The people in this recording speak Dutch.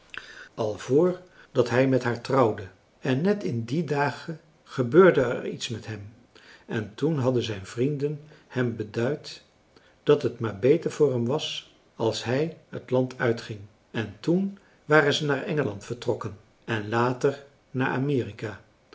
al voor dat hij met haar trouwde en net in die dagen gebeurde er iets met hem en toen hadden zijn vrienden hem beduid dat het maar beter voor hem was als hij het land uitging en toen waren ze naar engeland vertrokken en later naar amerika